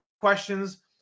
questions